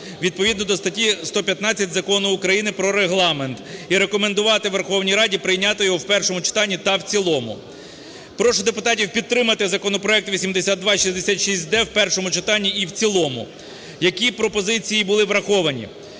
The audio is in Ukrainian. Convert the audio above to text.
відповідно до статті 115 Закону України про Регламент і рекомендувати Верховній Раді прийняти його в першому читанні та в цілому. Прошу депутатів підтримати законопроект 8266-д в першому читанні і в цілому. Які пропозиції були враховані?